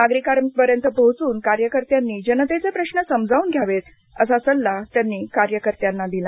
नागरिकांपर्यंत पोहोचून कार्यकर्त्यांनी जनतेचे प्रश्न समजावून घ्यावेत असा सल्ला त्यांनी कार्यकर्त्यांना दिला